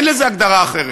אין לזה הגדרה אחרת.